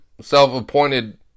self-appointed